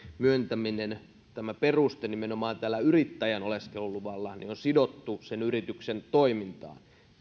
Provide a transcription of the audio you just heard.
myöntämisen peruste nimenomaan tällä yrittäjän oleskeluluvalla on sidottu sen yrityksen toimintaan